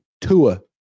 Tua